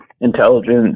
intelligence